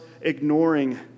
ignoring